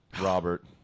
Robert